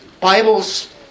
Bibles